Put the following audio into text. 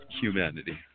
humanity